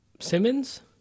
Simmons